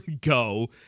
go